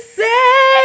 say